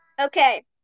Okay